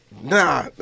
Nah